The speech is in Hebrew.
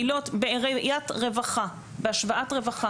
בהשוואת רווחה.